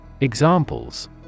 Examples